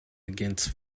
against